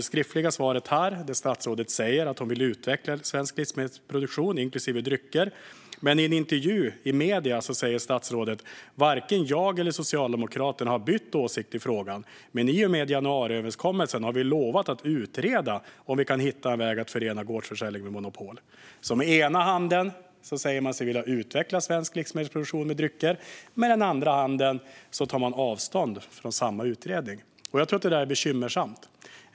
Vi hörde svaret här, där statsrådet sa att hon vill utveckla svensk livsmedelsproduktion inklusive produktion av drycker, men i en intervju i medierna säger statsrådet: "Varken jag eller Socialdemokraterna har bytt åsikt i frågan, men i och med januariöverenskommelsen har vi lovat att utreda om vi kan hitta en väg att förena gårdsförsäljning med monopolet." Å ena sidan säger man alltså att man vill utveckla svensk produktion av livsmedel och drycker. Å andra sidan tar man avstånd från samma utredning. Jag tror att det är bekymmersamt.